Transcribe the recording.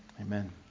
Amen